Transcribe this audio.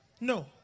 No